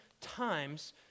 times